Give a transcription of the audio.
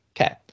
Okay